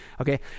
Okay